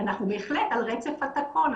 אנחנו בהחלט על רצף התקון,